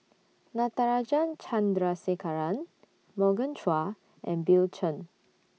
Natarajan Chandrasekaran Morgan Chua and Bill Chen